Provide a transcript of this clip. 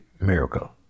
miracle